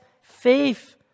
faith